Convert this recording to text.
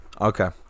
Okay